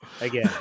again